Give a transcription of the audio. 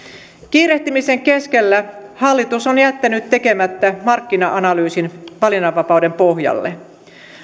kiirehtimisen keskellä hallitus on jättänyt tekemättä markkina analyysin valinnanvapauden pohjalle